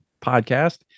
podcast